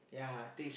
yeah